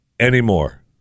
Anymore